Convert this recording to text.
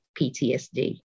PTSD